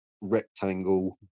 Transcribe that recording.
rectangle